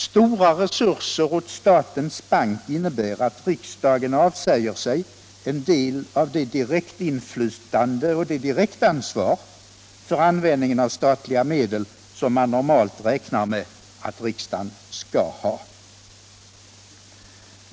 Stora resurser åt statens bank innebär att riksdagen avsäger sig en del av det direktinflytande och det direktansvar för användningen av statliga medel som man normalt räknar med att riksdagen skall ha.